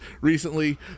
recently